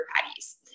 patties